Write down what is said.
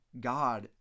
god